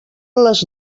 les